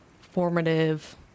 formative